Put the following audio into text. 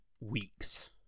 weeks